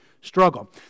struggle